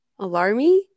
alarmy